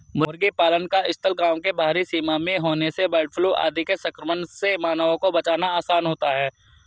मुर्गी पालन का स्थल गाँव के बाहरी सीमा में होने से बर्डफ्लू आदि के संक्रमण से मानवों को बचाना आसान होता है